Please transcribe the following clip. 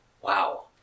Wow